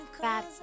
bad